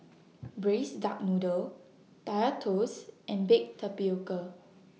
Braised Duck Noodle Kaya Toast and Baked Tapioca